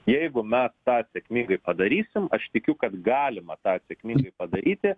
jeigu mes tą sėkmingai padarysim aš tikiu kad galima tą sėkmingai padaryti